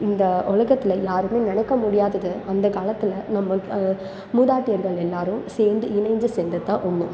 இந்த உலகத்தில் யாருமே நினைக்க முடியாததை அந்த காலத்தில் நம்ம மூதாட்டியர்கள் எல்லோரும் சேர்ந்து இணைஞ்சு செஞ்சது தான் உண்மை